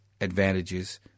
advantages